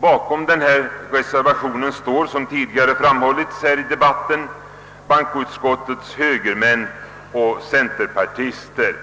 Bakom denna reservation står, som tidigare framhållits här i debatten, bankoutskottets högermän och centerpartister.